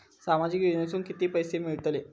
सामाजिक योजनेतून किती पैसे मिळतले?